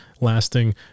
lasting